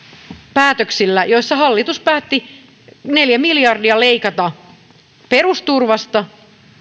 päätöksillä joilla hallitus päätti neljä miljardia leikata perusturvasta